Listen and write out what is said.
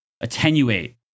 attenuate